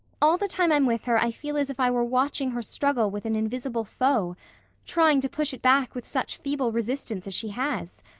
all the time i'm with her i feel as if i were watching her struggle with an invisible foe trying to push it back with such feeble resistance as she has.